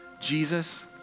Jesus